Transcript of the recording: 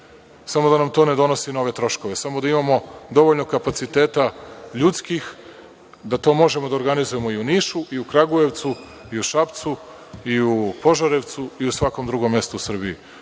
samo da to ne donosi nove troškove. Samo da imamo dovoljno kapaciteta ljudskih da to možemo da organizujemo i u Nišu, Kragujevcu, Šapcu, Požarevcu i u svakom drugom mestu u Srbiji. Samo